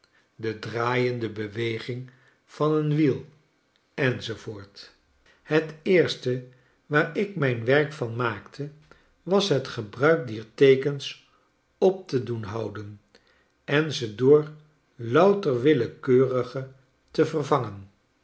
de draaiende beweging van een wiel enz het eerste waar ik mijn werk van maakte was het gebruik dier teekens op te doen houden en ze door louter willekeurige te vervangen